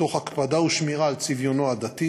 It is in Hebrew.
תוך הקפדה ושמירה על צביונו הדתי